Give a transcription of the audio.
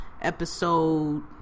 Episode